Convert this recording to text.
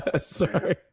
Sorry